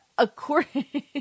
According